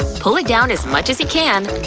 pull it down as much as you can.